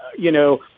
you know,